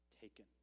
taken